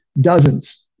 dozens